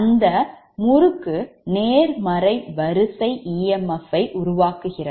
அந்த முறுக்குநேர்மறை வரிசை EMF யை உருவாக்குகிறது